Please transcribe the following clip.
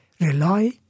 rely